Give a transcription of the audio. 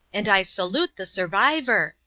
and i salute the survivor.